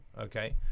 Okay